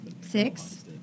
Six